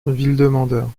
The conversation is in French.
villemandeur